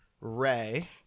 Ray